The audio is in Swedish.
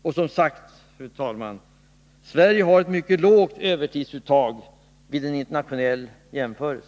Och som sagt, fru talman: Sverige har ett mycket lågt övertidsuttag vid en internationell jämförelse.